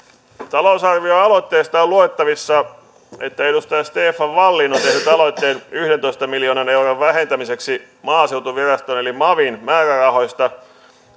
talousarvio aloitteista on luettavissa että edustaja stefan wallin on tehnyt aloitteen yhdentoista miljoonan euron vähentämiseksi maaseutuviraston eli mavin määrärahoista